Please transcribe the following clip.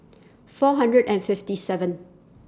four hundred and fifty seven